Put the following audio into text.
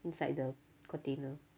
inside the container